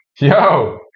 Yo